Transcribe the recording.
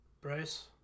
Bryce